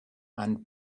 and